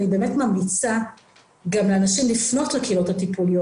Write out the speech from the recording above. אני באמת ממליצה גם לאנשים לפנות לקהילות הטיפוליות